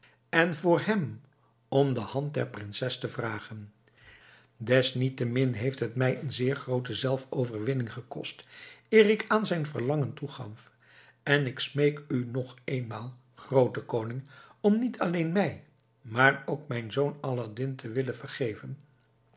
en voor hem om de hand der prinses te vragen desniettemin heeft het mij n zeer groote zelfoverwinning gekost eer ik aan zijn verlangen toegaf en ik smeek u nog eenmaal groote koning om niet alleen mij maar ook mijn zoon aladdin te willen vergeven